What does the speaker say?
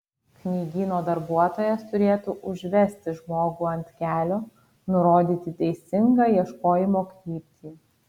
knygyno darbuotojas turėtų užvesti žmogų ant kelio nurodyti teisingą ieškojimo kryptį